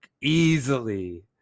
easily